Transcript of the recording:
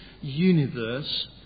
universe